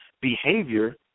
behavior